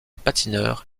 patineur